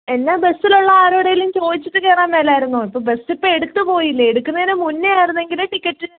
എന്നാൽ ബസ്സിലുള്ള ആരോടെങ്കിലും ചോദിച്ചിട്ടു കയറാൻ മേലായിരുന്നോ ഇപ്പോൾ ബസ് ഇപ്പോൾ എടുത്തു പോയില്ലേ എടുക്കുന്നതിന് മുന്നേ ആയിരുന്നെങ്കിൽ ടിക്കറ്റ്